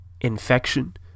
infection